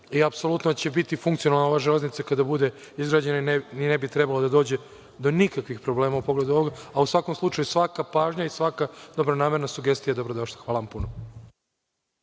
i apsolutno će biti funkcionalna železnica kada bude izgrađena i ne bi trebalo da dođe do nikakvih problema u pogledu ovoga. U svakom slučaju, svaka pažnja i svaka dobronamerna sugestija je dobrodošla. Hvala vam puno.